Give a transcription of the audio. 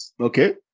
Okay